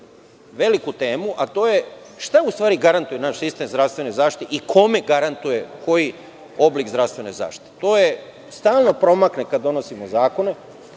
veliku temu, a to je šta u stvari garantuje naš sistem zdravstvene zaštite i kome garantuje koji oblik zdravstvene zaštite? To stalno promakne kada donosimo zakone. Mi